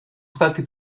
stati